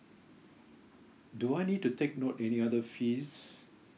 do I need to take note any other fees